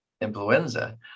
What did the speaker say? influenza